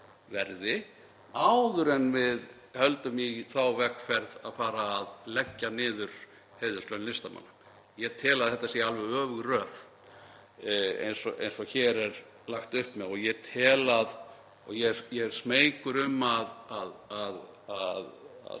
verður áður en við höldum í þá vegferð að leggja niður heiðurslaun listamanna. Ég tel að þetta sé alveg öfug röð eins og hér er lagt upp með. Ég er smeykur um að